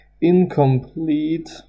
incomplete